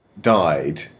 Died